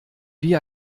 wie